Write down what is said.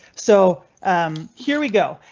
so um here we go.